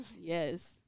Yes